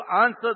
answer